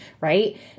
right